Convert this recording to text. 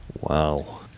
Wow